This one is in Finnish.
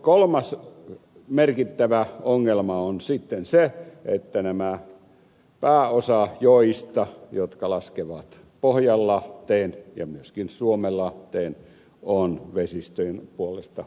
kolmas merkittävä ongelma on sitten se että pääosa näistä joista jotka laskevat pohjanlahteen ja myöskin suomenlahteen on vesistöjen puolesta rakennettuja jokia